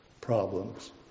problems